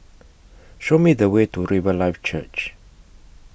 Show Me The Way to Riverlife Church